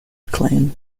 acclaim